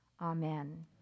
Amen